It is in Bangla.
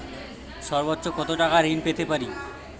সর্বোচ্চ কত টাকা ঋণ পেতে পারি?